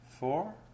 four